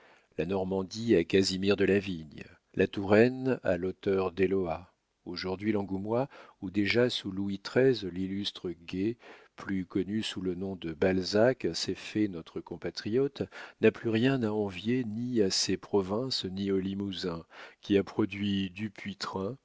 la normandie à casimir delavigne la touraine à l'auteur d'eloa aujourd'hui l'angoumois où déjà sous louis xiii l'illustre guez plus connu sous le nom de balzac s'est fait notre compatriote n'a plus rien à envier ni à ces provinces ni au limousin qui a produit dupuytren